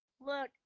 Look